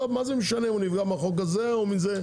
מה זה משנה אם הוא נפגע מהחוק הזה או זה,